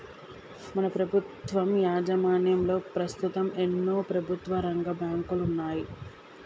మన ప్రభుత్వం యాజమాన్యంలో పస్తుతం ఎన్నో ప్రభుత్వరంగ బాంకులున్నాయి